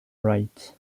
rights